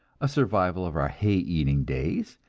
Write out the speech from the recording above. a survival of our hay-eating days,